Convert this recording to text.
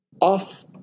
off